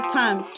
time